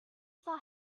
saw